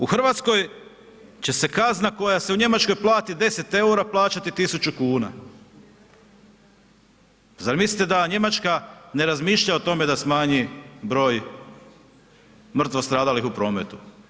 U Hrvatskoj će se kazna koja se u Njemačkoj plati 10 EUR-a plaćati 1.000 kuna, zar mislite da Njemačka ne razmišlja o tome da smanji broj mrtvo stradalih u prometu.